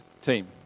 team